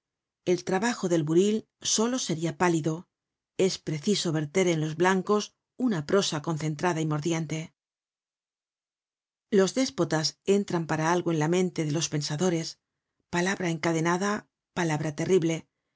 el trabajo del buril solo seria pálido es preciso verter en los blancos una prosa concentrada y mordiente los déspotas entran para algo en la mente de los pensadores palabra encadenada palabra terrible